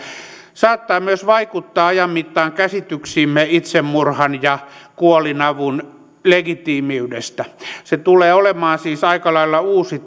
saattaa myös vaikuttaa ajan mittaan käsityksiimme itsemurhan ja kuolinavun legitiimiydestä se tulee olemaan siis aika lailla uusi